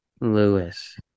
lewis